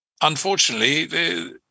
Unfortunately